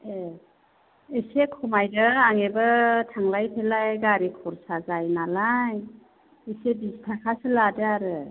ए एसे खमायदो आंनिबो थांलाय फैलाय गारि खरसा जायो नालाय एसे बिस थाखासो लादो आरो